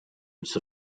its